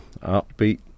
upbeat